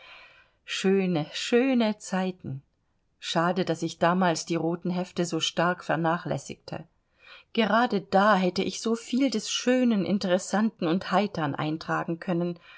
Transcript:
schöne schöne zeiten schade daß ich damals die roten hefte so stark vernachlässigte gerade da hätte ich so viel des schönen interessanten und heitern eintragen können